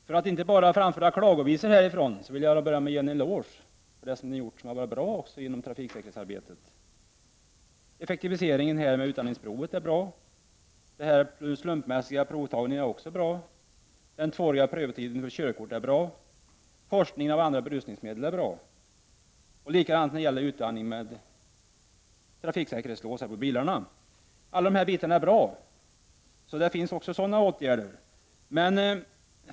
Herr talman! För att inte bara framföra klagovisor här från talarstolen vill jag börja med en eloge för det som är bra inom trafiksäkerhetsarbetet. Effektiviseringen när det gäller utandningsproven är bra. Den slumpmässiga provtagningen är också bra liksom den tvååriga prövotiden för körkort. Detsamma gäller forskning om andra berusningsmedel än alkohol, och likadant är det med säkerhetslås för bilar, dvs. lås som regleras av utandningsluft. Alla dessa saker är bra.